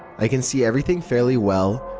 i can see everything fairly well,